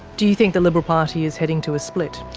do you think the liberal party is heading to a split.